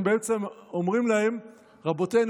הם בעצם אומרים להם: רבותינו,